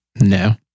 No